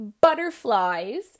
butterflies